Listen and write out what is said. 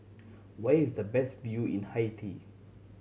where is the best view in Haiti